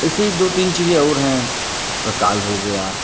इसी दो तीन चीज़ें और हैं प्रकार हो गया